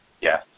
Yes